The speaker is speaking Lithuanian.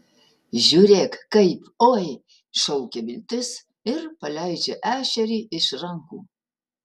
žiūrėk kaip oi šaukia viltis ir paleidžia ešerį iš rankų